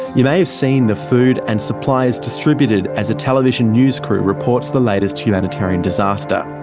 you may have seen the food and supplies distributed as a television news crew reports the latest humanitarian disaster.